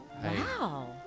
Wow